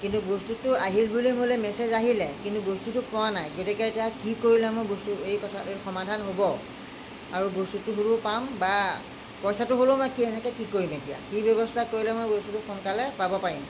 কিন্তু বস্তুটো আহিল বুলি মোলৈ মেচেজ আহিলে কিন্তু বস্তুটো পোৱা নাই কেতিয়াকৈ এতিয়া কি কৰিলে মোৰ বস্তু এই কথা সমাধান হ'ব আৰু বস্তুটো হ'লেও পাম বা পইচাটো হ'লেও মই কেনেকৈ কি কৰিম এতিয়া কি ব্যৱস্থা কৰিলে মই বস্তুটো সোনকালে পাব পাৰিম